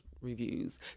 reviews